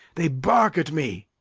they bark at me.